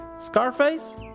Scarface